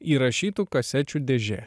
įrašytų kasečių dėžė